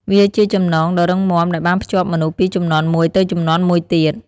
វាជាចំណងដ៏រឹងមាំដែលបានភ្ជាប់មនុស្សពីជំនាន់មួយទៅជំនាន់មួយទៀត។